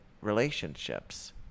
relationships